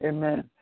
Amen